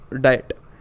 Diet